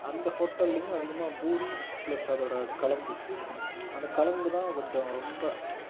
அந்த ஹோட்டல்லேயும் அதிகமாக பூரி ப்ளஸ் அதோடய கெழங்கு அந்த கெழங்கு தான் கொஞ்சம் ரொம்ப